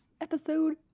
episode